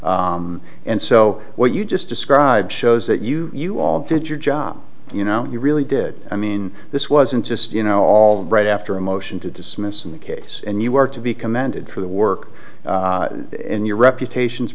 this and so what you just described shows that you you all did your job you know you really did i mean this wasn't just you know all right after a motion to dismiss the case and you are to be commended for the work in your reputation